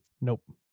Nope